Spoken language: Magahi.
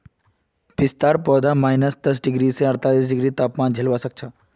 पिस्तार पौधा माइनस दस डिग्री स अड़तालीस डिग्री तकेर तापमान झेलवा सख छ